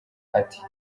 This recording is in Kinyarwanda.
ati